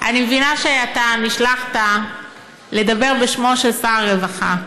אני מבינה שאתה נשלחת לדבר בשמו של שר הרווחה,